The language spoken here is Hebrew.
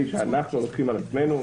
מה האחריות שאנחנו לוקחים על עצמנו.